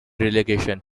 relegation